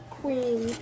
queen